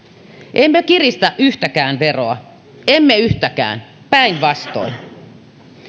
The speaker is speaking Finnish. emme kiristä yhtäkään veroa emme yhtäkään päinvastoin